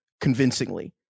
convincingly